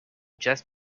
just